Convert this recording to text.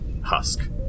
husk